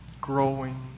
growing